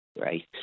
Right